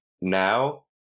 now